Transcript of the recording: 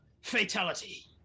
Fatality